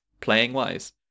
playing-wise